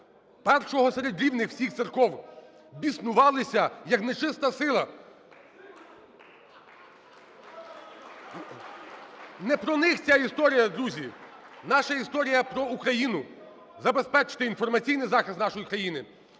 першого серед рівних всіх церков, біснувалися, як нечиста сила. Не про них ця історія, друзі! Наша історія про Україну, забезпечити інформаційний захист нашої країни,